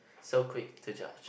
so quick to judge